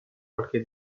qualche